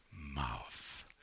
mouth